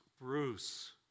Bruce